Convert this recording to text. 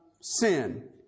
sin